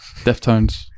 Deftones